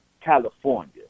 California